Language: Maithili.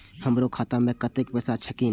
हमरो खाता में कतेक पैसा छकीन?